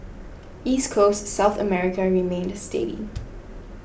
East Coast South America remained steady